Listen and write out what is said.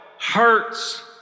hurts